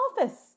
office